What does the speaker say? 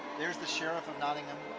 there is the sheriff of nottingham,